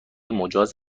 مجاز